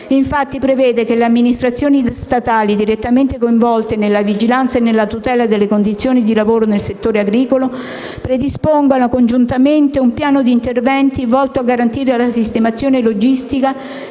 Infatti, prevede che le amministrazioni statali direttamente coinvolte nella vigilanza e nella tutela delle condizioni di lavoro nel settore agricolo predispongano congiuntamente un piano di interventi volto a garantire la sistemazione logistica